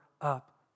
up